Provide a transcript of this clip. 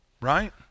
Right